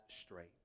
straight